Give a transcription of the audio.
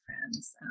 friends